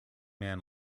man